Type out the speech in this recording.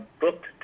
booked